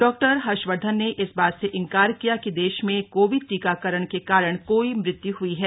doctor Harshvardhan ने इस बात से इनकार किया कि देश में कोविड टीकाकरण के कारण कोई मृत्यु ह्ई है